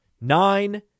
Nine